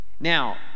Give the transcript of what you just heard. Now